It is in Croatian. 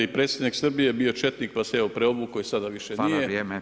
I predsjednik Srbije je bio četnik pa se evo preobuko i sada više nije